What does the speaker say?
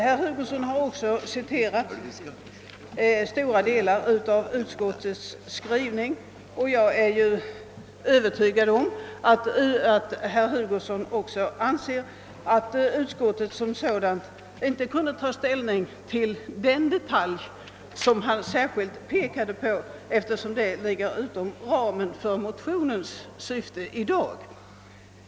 Herr Hugosson citerade vidare stora delar av utskottets skrivning, och jag är övertygad om att herr Hugosson inser att utskottet inte haft möjlighet att ta ställning till den detalj som han pekade på, eftersom frågan faller utom ramen för de väckta motionerna.